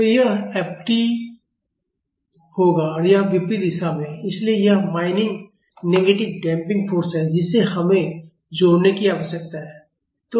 तो यह F t होगा और यह विपरीत दिशा में है इसलिए यह माइनस नेगेटिव डैम्पिंग फ़ोर्स है जिसे हमें जोड़ने की आवश्यकता है